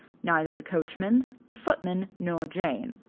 neither the coachman, the footman nor jane.